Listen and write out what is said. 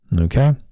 Okay